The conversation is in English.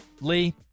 lee